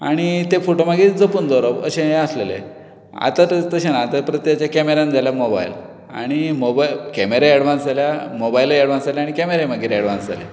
आनी ते फोटो मागीर जपून दवरप अशें हें आसललें आतां तस तशें ना आतां प्रत्येकाच्या कॅमेरान जाल्या मोबायल आनी मोबायल कॅमेरा एडवान्स जाल्या मोबायलूय एडवान्स जाल्या आनी कॅमेराय मागीर एडवान्स जाल्यात